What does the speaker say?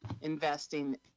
investing